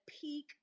peak